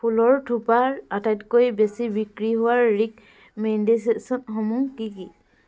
ফুলৰ থোপাৰ আটাইতকৈ বেছি বিক্ৰী হোৱা ৰিক'মেণ্ডেশ্যনসমূহ কি কি